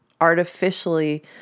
artificially